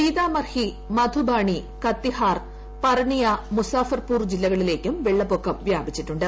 സീതാമർഹി മധുബാണി കത്തിഹാർ പർണിയ മുസാഫർപൂർ ജില്ലകളിലേക്കും വെള്ളപ്പൊക്കം വൃാപിച്ചിട്ടുണ്ട്